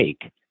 take